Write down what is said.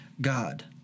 God